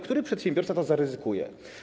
Który przedsiębiorca to zaryzykuje?